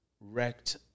wrecked